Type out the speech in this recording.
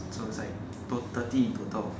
so is like tota~ thirty in total